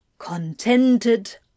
Contented